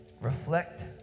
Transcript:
reflect